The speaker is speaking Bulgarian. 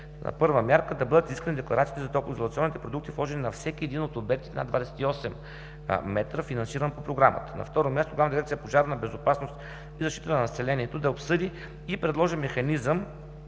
Първа мярка – да бъдат изискани декларациите за топлоизолационните продукти, вложение на всеки един от обектите над 28 м, финансирани по Програмата. На второ място, Главна дирекция „Пожарна безопасност и защита на населението“ да обсъди и предложи механизъм,